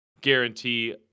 guarantee